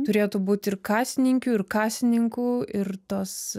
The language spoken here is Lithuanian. turėtų būti ir kasininkių ir kasininkų ir tos